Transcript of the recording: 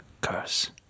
curse